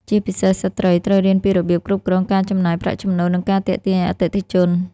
ជាពិសេស ស្ត្រីត្រូវរៀនពីរបៀបគ្រប់គ្រងការចំណាយ ប្រាក់ចំណូល និងការទាក់ទាញអតិថិជន។